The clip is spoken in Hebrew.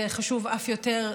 חשוב אף יותר,